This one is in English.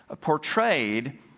portrayed